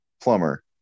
Plumber